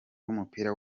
w’umupira